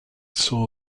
saw